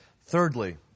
Thirdly